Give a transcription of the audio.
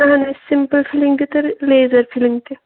اَہَن حظ simple filling تہِ کٔر لیزَر فِلِنٛگ تہِ